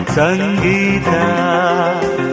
sangita